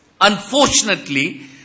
Unfortunately